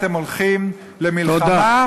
אתם הולכים למלחמה,